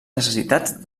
necessitats